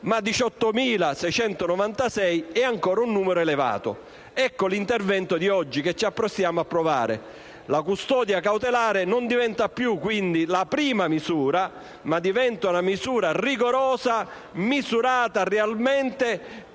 Ma 18.696 è ancora un numero elevato; ecco allora l'intervento di oggi, che ci apprestiamo ad approvare. La custodia cautelare non diventa più la prima misura, ma diventa una misura rigorosa e misurata realmente